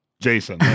Jason